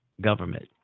government